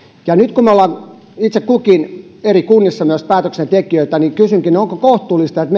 nyt kun me olemme itse kukin eri kunnissa myös päätöksentekijöitä niin kysynkin onko kohtuullista että